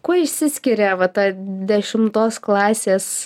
kuo išsiskiria va ta dešimtos klasės